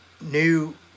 new